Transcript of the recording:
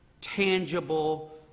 tangible